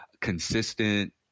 consistent